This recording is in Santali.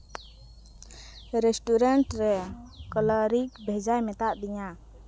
ᱨᱮᱥᱴᱩᱨᱮᱱᱴ ᱨᱮ ᱠᱚᱞᱟᱨᱤᱠ ᱵᱷᱮᱡᱟᱭ ᱢᱮᱛᱟ ᱫᱤᱧᱟᱹ